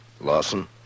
Lawson